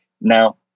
Now